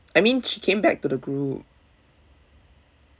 I mean she came back to the group